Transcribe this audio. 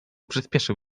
przyspieszył